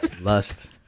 Lust